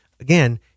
Again